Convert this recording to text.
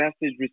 message